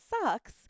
sucks